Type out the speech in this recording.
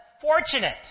fortunate